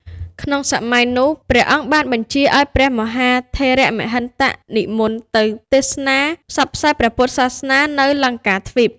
ក្នុងសម័យនោះ ព្រះអង្គបានបញ្ជាឱ្យ ព្រះមហាថេរមហិន្ទ និមន្តទៅទេសនាផ្សព្វផ្សាយព្រះពុទ្ធសាសនានៅ លង្កាទ្វីប។